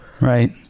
Right